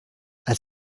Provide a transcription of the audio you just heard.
als